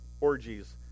orgies